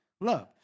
Love